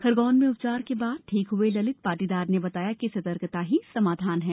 खरगौन में उपचार के बाद ठीक हुए ललित पाटीदार ने बताया कि सतर्कता ही समाधान है